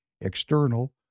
external